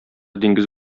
диңгез